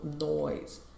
noise